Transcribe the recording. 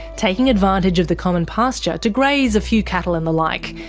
taking advantage of the common pasture to graze a few cattle and the like,